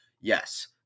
Yes